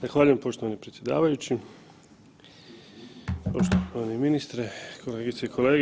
Zahvaljujem poštovani predsjedavajući, poštovani ministre, kolegice i kolege.